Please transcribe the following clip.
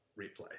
replay